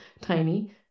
tiny